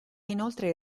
inoltre